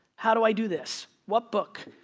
how do i do this? what book?